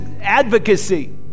advocacy